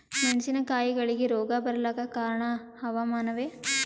ಮೆಣಸಿನ ಕಾಯಿಗಳಿಗಿ ರೋಗ ಬಿಳಲಾಕ ಕಾರಣ ಹವಾಮಾನನೇ?